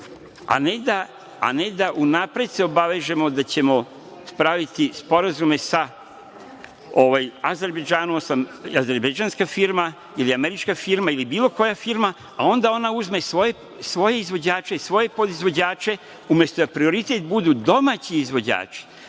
a ne da se unapred obavežemo da ćemo praviti sporazume sa Azerbejdžanom, azerbejdžanskom firmom ili američkom firmom ili bilo koja firma, a onda ona uzme svoje izvođače i svoje podizvođače umesto da prioritet budu domaći izvođači,